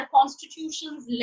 Constitution's